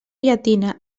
llatina